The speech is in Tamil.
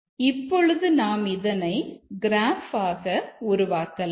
இப்பொழுது நாம் இதனை கிராஃப் ஆக உருவாக்கலாம்